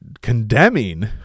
condemning